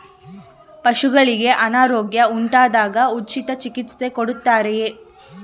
ಪಶುಗಳಿಗೆ ಅನಾರೋಗ್ಯ ಉಂಟಾದಾಗ ಉಚಿತ ಚಿಕಿತ್ಸೆ ಕೊಡುತ್ತಾರೆಯೇ?